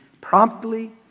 Promptly